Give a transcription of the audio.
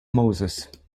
moses